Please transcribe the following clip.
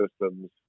systems